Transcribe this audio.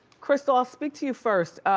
crystal, i'll speak to you first.